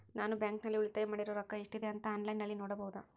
ನಾನು ಬ್ಯಾಂಕಿನಲ್ಲಿ ಉಳಿತಾಯ ಮಾಡಿರೋ ರೊಕ್ಕ ಎಷ್ಟಿದೆ ಅಂತಾ ಆನ್ಲೈನಿನಲ್ಲಿ ನೋಡಬಹುದಾ?